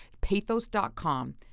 pathos.com